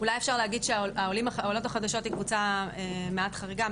אולי אפשר להגיד שהעולות החדשות היא קבוצה מעט חריגה,